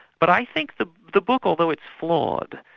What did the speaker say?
but i think the the book, although it's flawed,